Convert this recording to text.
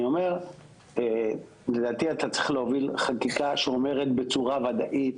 אני אומר שלדעתי אתה צריך להוביל חקיקה שאומרת בצורה וודאית,